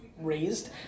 raised